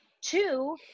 two